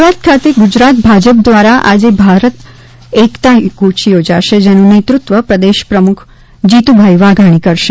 અમદાવાદ ખાતે ગુજરાત ભાજપ દ્વારા આજે ભારત એકતા કૂય યોજાશે જેનું નેતૃત્વ પ્રદેશ પ્રમુખ જીતુભાઈ વાઘાણી કરશે